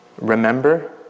Remember